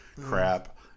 crap